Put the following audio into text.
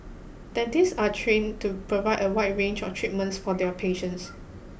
dentists are trained to provide a wide range of treatments for their patients